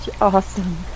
Awesome